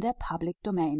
der